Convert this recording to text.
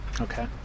okay